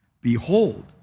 Behold